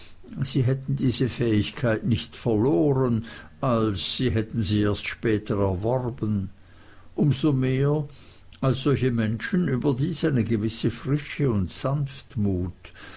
sie hätten diese fähigkeit nicht verloren als sie hätten sie erst später erworben um so mehr als solche menschen überdies eine gewisse frische und sanftmut